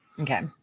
Okay